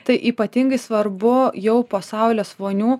tai ypatingai svarbu jau po saulės vonių